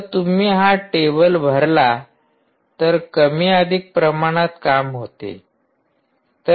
जर तुम्ही हा टेबल भरला तर कमी अधिक प्रमाणात काम होते